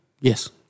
Yes